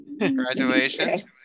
Congratulations